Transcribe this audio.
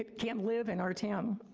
ah can't live in our town.